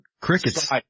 Crickets